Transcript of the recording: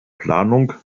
planung